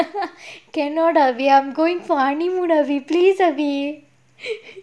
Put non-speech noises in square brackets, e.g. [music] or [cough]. [laughs] cannot ah we are going for honeymoon erby please erby